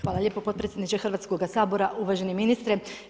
Hvala lijepo podpredsjedniče Hrvatskoga sabora, uvaženi ministre.